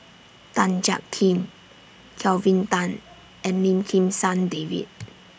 Tan Jiak Kim Kelvin Tan and Lim Kim San David